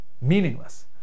meaningless